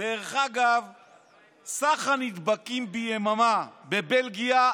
סך הנדבקים ביממה בבלגיה,